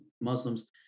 Muslims